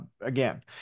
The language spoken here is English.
again